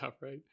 right